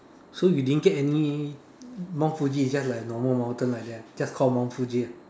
so you didn't get any Mount Fuji is just like a normal mountain like that just called Mount Fuji lah